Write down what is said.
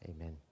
Amen